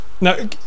now